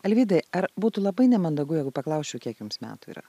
alvydai ar būtų labai nemandagu jeigu paklausčiau kiek jums metų yra